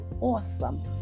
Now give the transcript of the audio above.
awesome